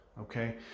okay